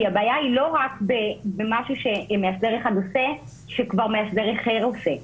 כי הבעיה היא לא רק במשהו שמאסדר אחד עושה שמאסדר אחר כבר עושה,